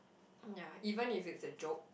yeah even if it's a joke